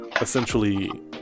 essentially